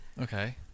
Okay